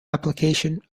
application